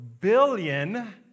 billion